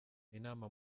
inama